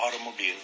automobile